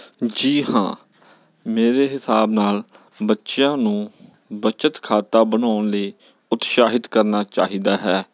ਜੀ ਹਾਂ ਮੇਰੇ ਹਿਸਾਬ ਨਾਲ ਬੱਚਿਆਂ ਨੂੰ ਬੱਚਤ ਖਾਤਾ ਬਣਾਉਣ ਲਈ ਉਤਸ਼ਾਹਿਤ ਕਰਨਾ ਚਾਹੀਦਾ ਹੈ